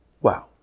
Wow